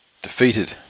Defeated